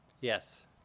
Yes